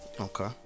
Okay